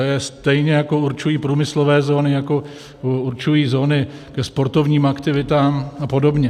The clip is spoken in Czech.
To je stejně, jako určují průmyslové zóny, jako určují zóny ke sportovním aktivitám apod.